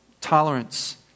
tolerance